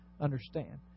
understand